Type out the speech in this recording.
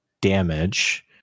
damage